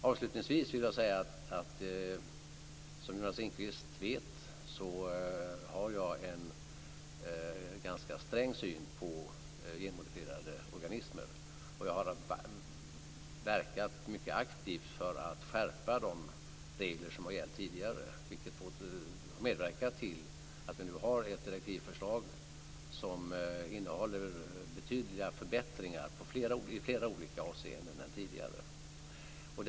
Avslutningsvis vill jag säga att jag, som Jonas Ringqvist vet, har en ganska sträng syn på genmodifierade organismer. Jag har verkat mycket aktivt för att skärpa de regler som har gällt tidigare, vilket medverkat till att vi nu har ett direktivförslag som innehåller betydliga förbättringar i flera olika avseenden jämfört med tidigare.